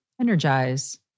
Energize